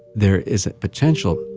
there is a potential,